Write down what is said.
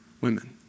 women